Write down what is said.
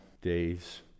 days